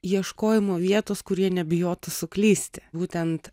ieškojimo vietos kur jie nebijotų suklysti būtent